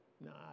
No